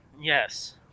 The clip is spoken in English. Yes